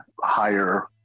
higher